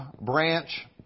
branch